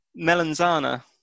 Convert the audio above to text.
Melanzana